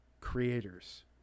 creators